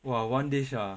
!wah! one dish ah